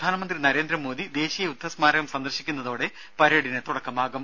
പ്രധാനമന്ത്രി നരേന്ദ്രമോദി ദേശീയ യുദ്ധ സ്മാരകം സന്ദർശിക്കുന്നതോടെ പരേഡിന് തുടക്കമാകും